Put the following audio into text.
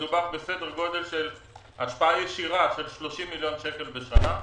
מדובר בסדר גודל של השפעה ישירה של 30 מיליון שקל בשנה.